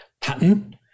pattern